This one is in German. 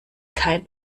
kein